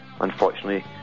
Unfortunately